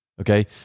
Okay